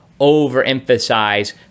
overemphasize